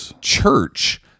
church